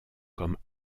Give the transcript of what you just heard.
comme